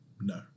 no